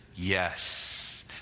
Yes